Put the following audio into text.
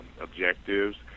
objectives